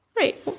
Right